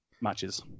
matches